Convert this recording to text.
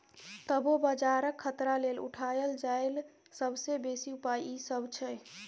तबो बजारक खतरा लेल उठायल जाईल सबसे बेसी उपाय ई सब छै